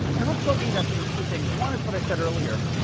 and home cooking just means two things. one is what i said earlier,